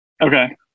Okay